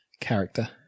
character